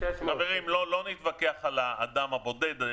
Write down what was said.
לא נתווכח על האדם הבודד.